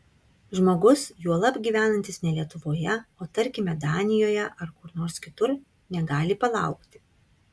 žmogus juolab gyvenantis ne lietuvoje o tarkime danijoje ar kur nors kitur negali palaukti